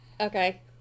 Okay